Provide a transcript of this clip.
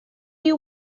you